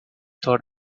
taught